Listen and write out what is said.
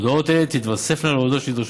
הודעות אלה תתווספנה להודעות שנדרשים